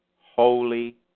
holy